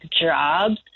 jobs